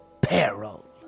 peril